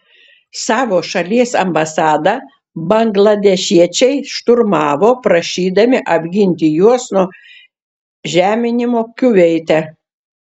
savo šalies ambasadą bangladešiečiai šturmavo prašydami apginti juos nuo žeminimo kuveite